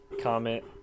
comment